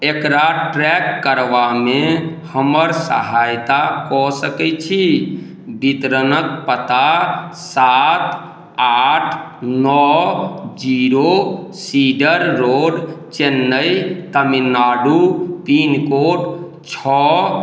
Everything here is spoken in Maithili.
एकरा ट्रैक करबाबेमे हमर सहायता कऽ सकै छी बितरणक पता सात आठ नओ zero cedar road Chennai Tamil Nadu pin code छओ